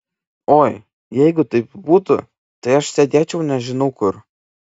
oi jeigu taip būtų tai aš sėdėčiau nežinau kur